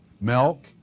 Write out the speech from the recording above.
milk